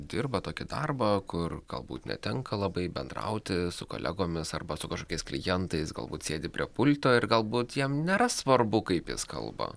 dirba tokį darbą kur galbūt netenka labai bendrauti su kolegomis arba su kažkokiais klientais galbūt sėdi prie pulto ir galbūt jam nėra svarbu kaip jis kalba